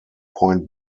point